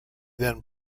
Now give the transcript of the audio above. then